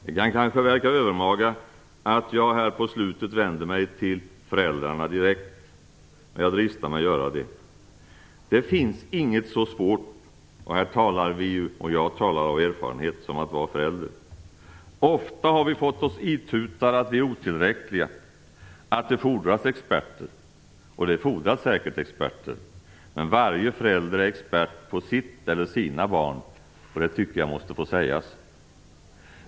Det kan kanske verka övermaga att jag här mot slutet vänder mig till föräldrarna direkt. Men jag dristar mig att göra det. Det finns inget så svårt - och här talar jag av erfarenhet - som att vara förälder. Ofta har vi fått oss itutade att vi är otillräckliga, att det fordras experter. Det fordras säkert experter, men varje förälder är expert på sitt eller sina barn - det tycker jag måste få sägas.